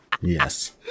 Yes